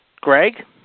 Greg